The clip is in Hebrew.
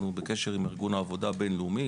אנחנו בקשר עם ארגון העבודה הבין-לאומי.